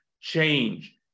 change